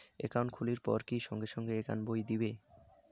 Account খুলির পর কি সঙ্গে সঙ্গে একাউন্ট বই দিবে?